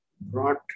Brought